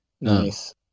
Nice